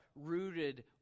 rooted